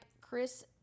Chris